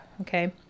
Okay